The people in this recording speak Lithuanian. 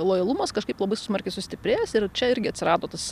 lojalumas kažkaip labai smarkiai sustiprėjęs ir čia irgi atsirado tas